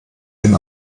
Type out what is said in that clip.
den